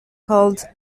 called